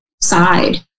side